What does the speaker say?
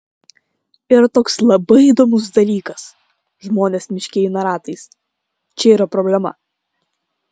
yra toks labai įdomus dalykas žmonės miške eina ratais čia yra problema